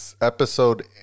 episode